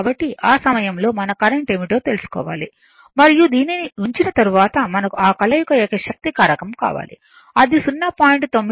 కాబట్టి ఆ సమయంలో మనం కరెంట్ ఏమిటో తెలుసుకోవాలి మరియు దీనిని ఉంచిన తరువాత మనకు ఆ కలయిక యొక్క శక్తి కారకం కావాలి అది 0